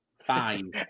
Fine